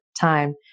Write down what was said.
time